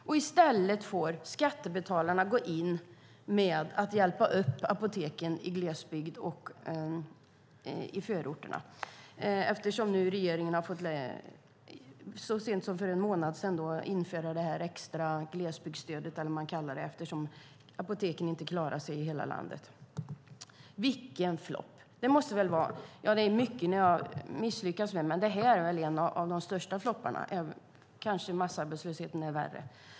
I stället får skattebetalarna gå in och hjälpa apoteken i glesbygd och i förorterna. Så sent som för en månad sedan införde regeringen nämligen ett extra glesbygdsstöd eftersom apoteken inte klarar sig i hela landet. Vilken flopp! Det är mycket ni har misslyckats med, men det här är väl en av de största flopparna - kanske massarbetslösheten är värre.